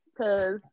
Cause